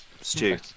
stew